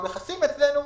הורדנו את המכסים אצלנו.